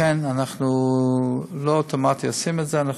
לכן אנחנו לא עושים את זה אוטומטית,